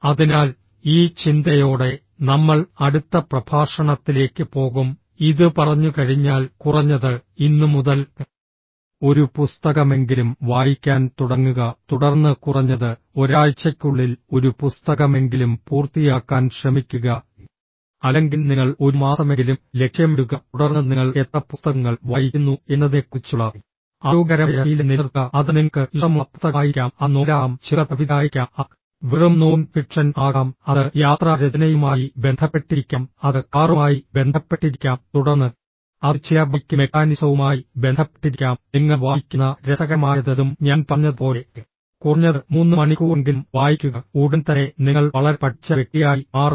അതിനാൽ ഈ ചിന്തയോടെ നമ്മൾ അടുത്ത പ്രഭാഷണത്തിലേക്ക് പോകും ഇത് പറഞ്ഞുകഴിഞ്ഞാൽ കുറഞ്ഞത് ഇന്ന് മുതൽ ഒരു പുസ്തകമെങ്കിലും വായിക്കാൻ തുടങ്ങുക തുടർന്ന് കുറഞ്ഞത് ഒരാഴ്ചയ്ക്കുള്ളിൽ ഒരു പുസ്തകമെങ്കിലും പൂർത്തിയാക്കാൻ ശ്രമിക്കുക അല്ലെങ്കിൽ നിങ്ങൾ ഒരു മാസമെങ്കിലും ലക്ഷ്യമിടുക തുടർന്ന് നിങ്ങൾ എത്ര പുസ്തകങ്ങൾ വായിക്കുന്നു എന്നതിനെക്കുറിച്ചുള്ള ആരോഗ്യകരമായ ശീലം നിലനിർത്തുക അത് നിങ്ങൾക്ക് ഇഷ്ടമുള്ള പുസ്തകമായിരിക്കാം അത് നോവലാകാം ചെറുകഥ കവിതയായിരിക്കാം അത് വെറും നോൺ ഫിക്ഷൻ ആകാം അത് യാത്രാ രചനയുമായി ബന്ധപ്പെട്ടിരിക്കാം അത് കാറുമായി ബന്ധപ്പെട്ടിരിക്കാം തുടർന്ന് അത് ചില ബൈക്ക് മെക്കാനിസവുമായി ബന്ധപ്പെട്ടിരിക്കാം നിങ്ങൾ വായിക്കുന്ന രസകരമായതെന്തും ഞാൻ പറഞ്ഞതുപോലെ കുറഞ്ഞത് 3 മണിക്കൂറെങ്കിലും വായിക്കുക ഉടൻ തന്നെ നിങ്ങൾ വളരെ പഠിച്ച വ്യക്തിയായി മാറും